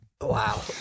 Wow